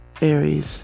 Aries